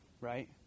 right